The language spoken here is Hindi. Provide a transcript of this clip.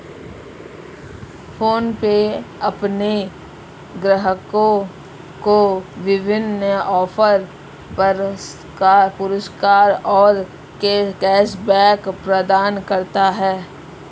फोनपे अपने ग्राहकों को विभिन्न ऑफ़र, पुरस्कार और कैश बैक प्रदान करता है